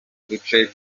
duce